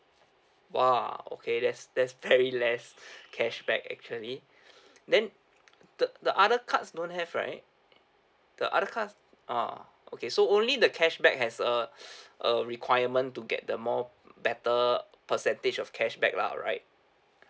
!wah! okay that's that's very less cashback actually then the the other cards don't have right the other cards ah okay so only the cashback has a a requirement to get the more better percentage of cashback lah alright